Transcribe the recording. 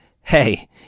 hey